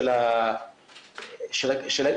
שוב,